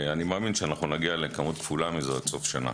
אני מאמין שנגיע לכמות כפולה מזו עד סוף השנה.